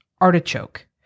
Artichoke